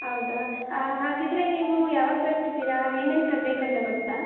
ಹೌದಾ ಹಾಂ ಹಾಗಿದ್ದರೆ ನೀವು ಯಾವಾಗ ಬರ್ತಿದ್ದೀರಾ ಏನೇನು ತರಬೇಕಂತ ಗೊತ್ತಾ